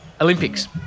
Olympics